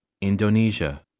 Indonesia